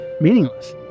Meaningless